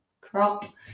crop